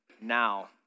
now